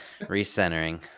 recentering